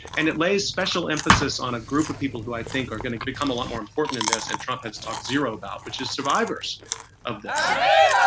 and it lays special emphasis on a group of people who i think are going to become a lot more important in this. and trump has talked zero about which the survivors of this. yes.